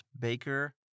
Baker